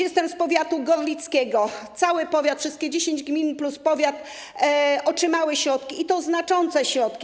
Jestem z powiatu gorlickiego, cały powiat, wszystkie 10 gmin plus powiat otrzymały środki, i to znaczące środki.